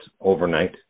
overnight